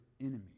enemy